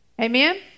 Amen